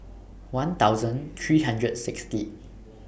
one thousand three hundred Sixth